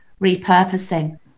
repurposing